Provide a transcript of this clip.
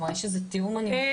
כלומר יש איזה תיאום --- אין,